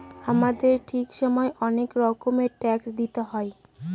আমাদেরকে ঠিক সময়ে অনেক রকমের ট্যাক্স দিতে হয়